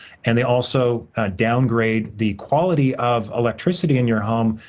and they also downgrade the quality of electricity in your home,